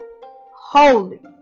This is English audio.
Holy